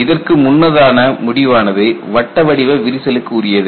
இதற்கு முன்னதான முடிவானது வட்ட வடிவ விரிசலுக்கு உரியது